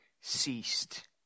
ceased